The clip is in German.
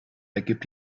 ergibt